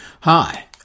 Hi